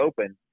open